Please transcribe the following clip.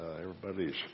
Everybody's